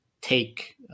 take